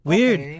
Weird